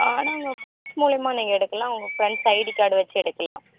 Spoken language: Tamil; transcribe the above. ஆனால் உங்கள் ப்ரெண்ட்ஸ் மூலியமாக நீங்கள் எடுக்கலாம் உங்கள் ப்ரெண்ட்ஸ் ஐடி கார்டு வச்சு எடுக்கலாம்